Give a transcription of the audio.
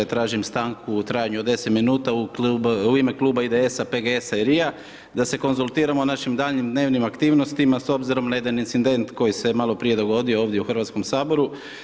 Tražim stanku u trajanju od 10 minuta, u ime Kluba IDS-a, PGS-a i RI-a, da se konzultiramo o našim daljnjim dnevnim aktivnostima s obzirom na jedan incident koji se maloprije dogodio ovdje u HS-u.